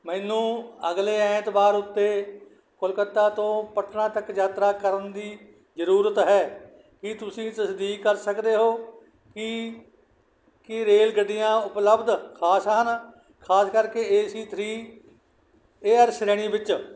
ਮੈਨੂੰ ਅਗਲੇ ਐਤਵਾਰ ਉੱਤੇ ਕੋਲਕਾਤਾ ਤੋਂ ਪਟਨਾ ਤੱਕ ਯਾਤਰਾ ਕਰਨ ਦੀ ਜ਼ਰੂਰਤ ਹੈ ਕੀ ਤੁਸੀਂ ਤਸਦੀਕ ਕਰ ਸਕਦੇ ਹੋ ਕਿ ਕੀ ਰੇਲ ਗੱਡੀਆਂ ਉਪਲੱਬਧ ਖ਼ਾਸ ਹਨ ਖ਼ਾਸ ਕਰਕੇ ਏ ਸੀ ਥ੍ਰੀ ਏਅਰ ਸ਼੍ਰੇਣੀ ਵਿੱਚ